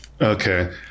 Okay